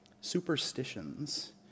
superstitions